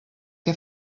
què